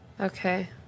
Okay